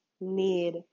need